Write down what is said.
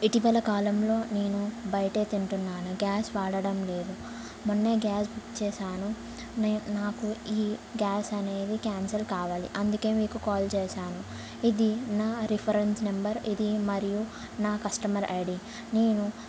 ఇటీవల కాలంలో నేను బయటే తింటున్నాను గ్యాస్ వాడడం లేదు మొన్నే గ్యాస్ బుక్ చేశాను నే నాకు ఈ గ్యాస్ అనేది క్యాన్సల్ కావాలి అందుకే మీకు కాల్ చేశాను ఇది నా రిఫరెన్స్ నెంబర్ ఇది మరియు నా కస్టమర్ ఐ డి నేను